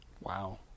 Wow